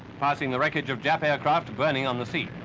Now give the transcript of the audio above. passing the wreckage of jet aircraft burning on the sea.